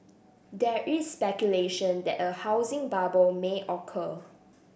there is speculation that a housing bubble may occur